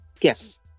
Yes